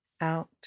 out